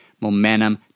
momentum